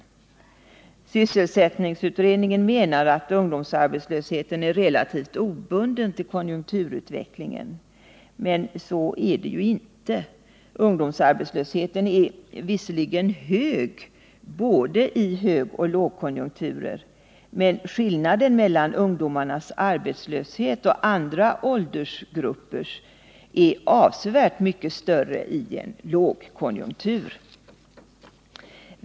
157 Sysselsättningsutredningen menade att ungdomsarbetslösheten är relativt obunden av konjunkturutvecklingen, men så är det ju inte. Ungdomsarbetslösheten är visserligen hög både i högoch lågkonjunkturer, men skillnaden mellan ungdomarnas och andra åldersgruppers arbetslöshet är avsevärt större i en lågkonjunktur än i en högkonjunktur.